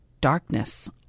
darkness